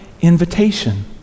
invitation